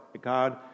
God